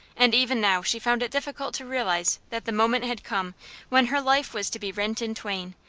and even now she found it difficult to realize that the moment had come when her life was to be rent in twain,